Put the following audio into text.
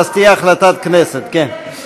האם ראש הממשלה,